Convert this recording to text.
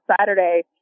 Saturday